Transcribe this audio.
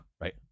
right